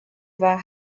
war